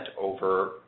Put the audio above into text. over